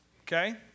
Okay